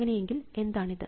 അങ്ങനെയെങ്കിൽ എന്താണ് ഇത്